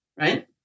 right